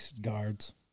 guards